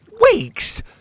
Weeks